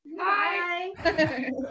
Hi